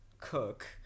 cook